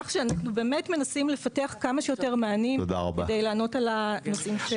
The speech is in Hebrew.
כך שאנחנו באמת מנסים לפתח כמה שיותר מענים לנושא הזה.